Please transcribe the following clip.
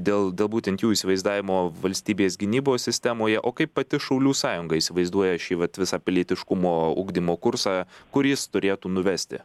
dėl dėl būtent jų įsivaizdavimo valstybės gynybos sistemoje o kaip pati šaulių sąjunga įsivaizduoja šį vat visą pilietiškumo ugdymo kursą kur jis turėtų nuvesti